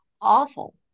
awful